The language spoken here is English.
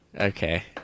Okay